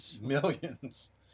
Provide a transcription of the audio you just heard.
millions